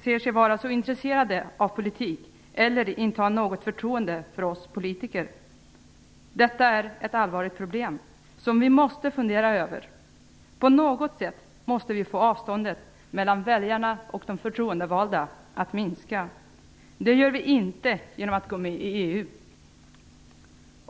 sig inte vara så intresserade av politik eller inte har något förtroende för oss politiker. Detta är ett allvarligt problem som vi måste fundera över. På något sätt måste vi få avståndet mellan väljarna och de förtroendevalda att minska. Det gör vi inte genom att gå med i EU.